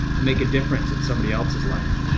to make a difference in somebody else's life.